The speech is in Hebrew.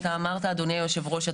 אתה אמרת אדוני יושב הראש,